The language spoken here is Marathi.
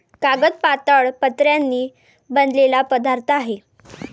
कागद पातळ पत्र्यांनी बनलेला पदार्थ आहे